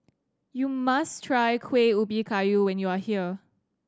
you must try Kueh Ubi Kayu when you are here